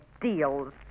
deals